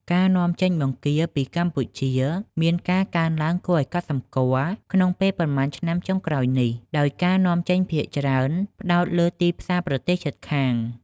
ការនាំចេញបង្គាពីកម្ពុជាមានការកើនឡើងគួរឲ្យកត់សម្គាល់ក្នុងពេលប៉ុន្មានឆ្នាំចុងក្រោយនេះ ដោយការនាំចេញភាគច្រើនផ្តោតលើទីផ្សារប្រទេសជិតខាង។